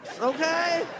okay